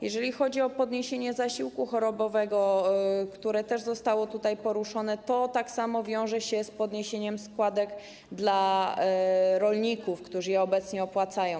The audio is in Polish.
Jeżeli chodzi o sprawę podniesienia wysokości zasiłku chorobowego, która też została tutaj poruszona, to tak samo wiąże się to z podniesieniem składek dla rolników, którzy je obecnie opłacają.